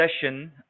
session